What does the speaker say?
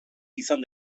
izan